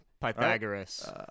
Pythagoras